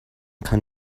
kann